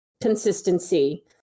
consistency